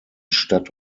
stadt